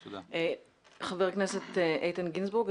חבר הכנסת איתן גינזבורג,